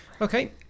Okay